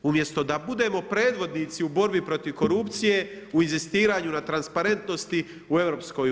Umjesto da budemo predvodnici u borbi protiv korupcije u inzistiranju na transparentnosti u EU.